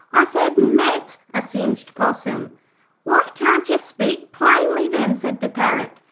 i said, met a singed possum why can't yer speak plainly, then said the parrot.